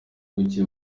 buke